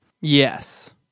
Yes